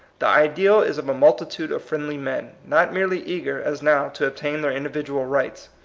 the ideal is of a multitude of friendly men, not merely eager, as now, to obtain their individual rights,